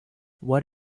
what